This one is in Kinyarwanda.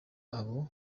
abo